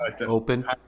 open